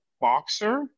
boxer